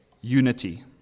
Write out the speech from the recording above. unity